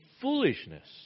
foolishness